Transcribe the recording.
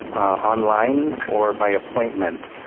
online or by appointment.